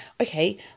okay